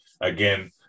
Again